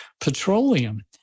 Petroleum